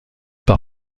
par